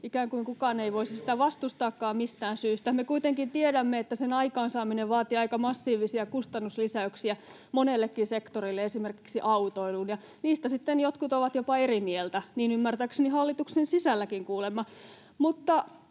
ikään kuin kukaan ei voisi sitä vastustaakaan mistään syystä. Me kuitenkin tiedämme, että sen aikaansaaminen vaatii aika massiivisia kustannuslisäyksiä monellekin sektorille, esimerkiksi autoiluun, ja niistä sitten jotkut ovat jopa eri mieltä — niin ymmärtääkseni hallituksen sisälläkin kuulemma.